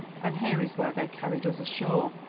and here is where they carried us ashore.